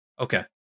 Okay